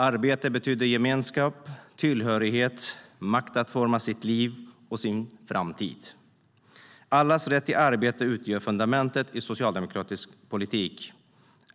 Arbete betyder gemenskap och tillhörighet, makt att forma sitt liv och sin framtid. Allas rätt till arbete utgör fundamentet i socialdemokratisk politik.